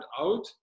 out